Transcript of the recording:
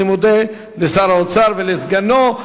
אני מודה לשר האוצר ולסגנו.